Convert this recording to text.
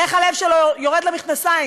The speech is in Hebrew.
איך הלב שלו יורד למכנסיים,